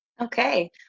Okay